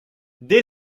dès